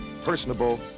personable